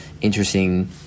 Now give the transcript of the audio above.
interesting